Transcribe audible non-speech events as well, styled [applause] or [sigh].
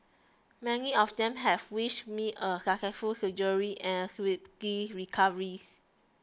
many of them have wished me a successful surgery and a [unintelligible] recovery